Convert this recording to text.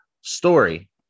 story